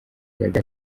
byari